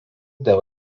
dėl